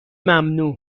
ممنوع